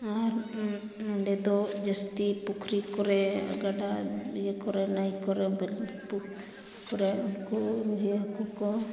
ᱟᱨ ᱱᱚᱰᱮ ᱫᱚ ᱡᱟᱹᱥᱛᱤ ᱯᱩᱠᱷᱨᱤ ᱠᱚᱨᱮ ᱜᱟᱰᱟ ᱤᱭᱟᱹ ᱱᱟᱹᱭ ᱠᱚᱨᱮ ᱠᱚᱨᱮ ᱩᱱᱠᱩ ᱨᱩᱭ ᱦᱟᱹᱠᱩ ᱠᱚ